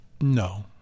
No